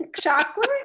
Chocolate